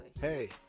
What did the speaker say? Hey